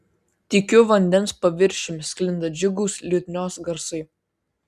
tykiu vandens paviršium sklinda džiugūs liutnios garsai